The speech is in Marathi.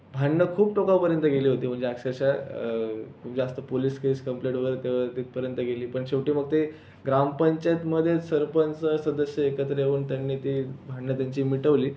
भांडणं खूप टोकापर्यंत गेली होती म्हणजे अक्षरश खूप जास्त पोलिस केस कंप्लेंट वगैरे त्यावर तिथपर्यंत गेली पण शेवटी मग ते ग्रामपंचायतीमध्येच सरपंच सदस्य एकत्र येऊन त्यांनी ती भांडणं त्यांची मिटवली